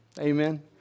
Amen